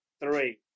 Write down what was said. three